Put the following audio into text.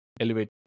elevate